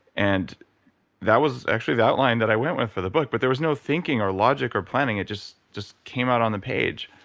and that was actually the outline that i went with for the book. but there was no thinking or logic or planning. it just just came out on the page.